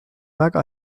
väga